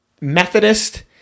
Methodist –